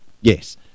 Yes